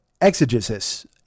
exegesis